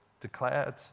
declared